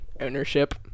ownership